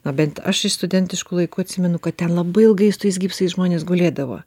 na bent aš iš studentiškų laikų atsimenu kad ten labai ilgai su tais gipsais žmonės gulėdavo